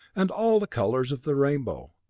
and all the colors of the rainbow,